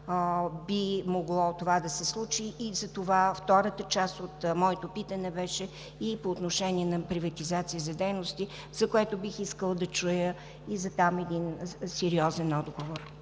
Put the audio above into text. би могло това да се случи и затова втората част от моето питане беше и по отношение на приватизация за дейности, за което бих искала да чуя и за там един сериозен отговор.